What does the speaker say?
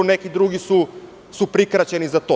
Neki drugi su prikraćeni za to.